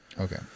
Okay